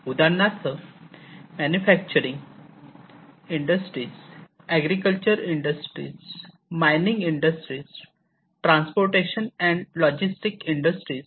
उदाहरणार्थ manufacturing industries agriculture industries mining industries transportation and logistic industries